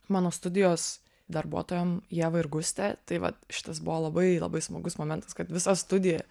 mano studijos darbuotojom ieva ir guste tai vat šitas buvo labai labai smagus momentas kad visa studija